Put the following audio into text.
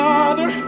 Father